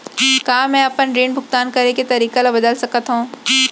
का मैं अपने ऋण भुगतान करे के तारीक ल बदल सकत हो?